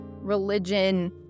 religion